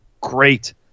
Great